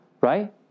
Right